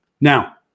Now